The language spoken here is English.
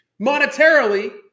monetarily